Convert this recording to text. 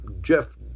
Jeff